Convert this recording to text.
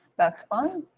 that's fine.